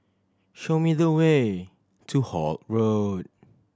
show me the way to Holt Road